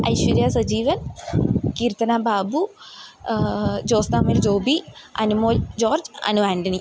Aishwarya Sajeevan Keerthana Babu Josna Mary Joby Anumol George Anu Antony